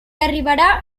arribarà